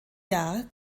jahr